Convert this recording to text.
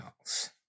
else